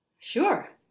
Sure